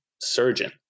surgeon